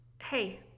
hey